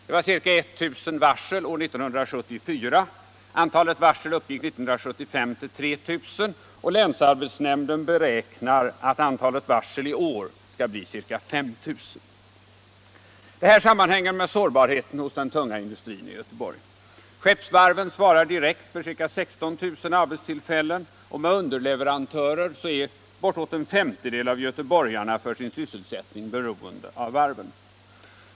Det var ca 1000 varsel år 1974, men antalet varsel uppgick år 1975 till ca 3 000, och länsarbetsnämnden beräknar att antalet varsel i år skall bli ca 5 000. Detta sammanhänger med sårbarheten hos den tunga industrin i Göteborg. Skeppsvarven svarar direkt för ca 16 000 arbetstillfällen, och med underleverantörer är bortemot en femtedel av göteborgarna för sin sysselsättning beroende av varven.